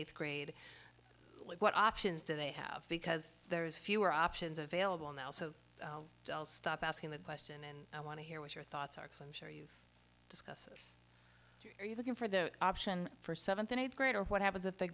eighth grade what options do they have because there's fewer options available now so i'll stop asking that question and i want to hear what your thoughts are because i'm sure he discusses are you looking for the option for seventh and eighth grade or what happens if they